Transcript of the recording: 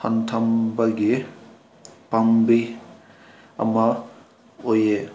ꯍꯟꯊꯕꯒꯤ ꯄꯥꯝꯕꯩ ꯑꯃ ꯑꯣꯏꯌꯦ